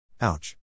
Ouch